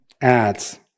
ads